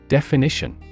Definition